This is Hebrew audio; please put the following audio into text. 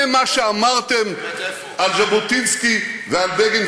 הנה מה שאמרתם על ז'בוטינסקי ועל בגין,